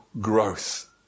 Growth